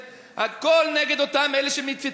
הכול נגד אותם אלה שמציתים,